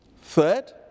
Third